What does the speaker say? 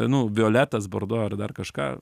nu violetas bordo ar dar kažką